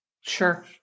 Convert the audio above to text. Sure